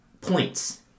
points